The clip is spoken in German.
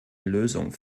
lösung